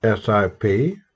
SIP